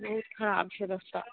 बहुत खराब छै रस्ता